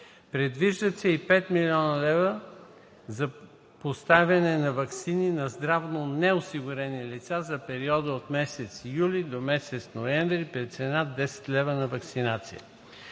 Предвиждат се и 5 млн. лв. за поставяне на ваксини на здравно неосигурени лица за периода от месец юли до месец ноември при цена от 10 лв. на ваксинация.